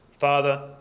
Father